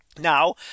Now